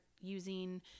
using